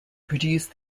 produce